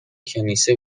کنیسه